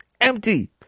Empty